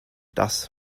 das